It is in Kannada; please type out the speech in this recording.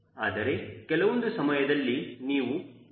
ಆದರೆ ಕೆಲವೊಂದು ಸಮಯದಲ್ಲಿ ನೀವು ಇಲ್ಲಿಯೂ ಕೂಡ ಚಲಿಸುತ್ತಿರುತ್ತೀರಾ